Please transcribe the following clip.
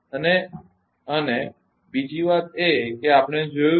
અને અને બીજી વાત એ છે કે આપણે જોયું છે કે